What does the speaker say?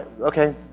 Okay